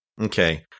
Okay